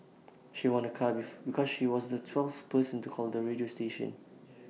she won A car because she was the twelfth person to call the radio station